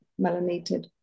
melanated